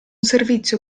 servizio